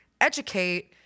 educate